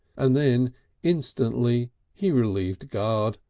and then instantly he relieved guard,